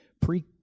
Pre